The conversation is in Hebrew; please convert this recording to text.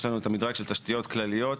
יש לנו מדרג של תשתיות כלליות,